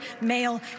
male